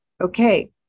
Okay